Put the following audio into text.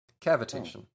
Cavitation